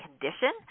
condition